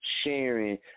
sharing